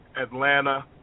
Atlanta